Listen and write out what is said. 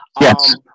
Yes